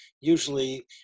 Usually